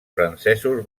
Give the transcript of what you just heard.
francesos